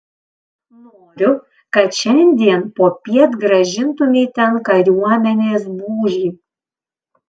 noriu kad šiandien popiet grąžintumei ten kariuomenės būrį